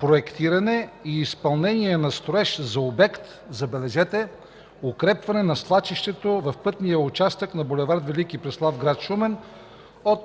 „Проектиране и изпълнение на строеж за обект” – забележете – „Укрепване на свлачището в пътния участък на бул. „Велики Преслав”, град Шумен от